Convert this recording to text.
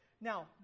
Now